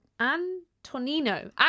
Antonino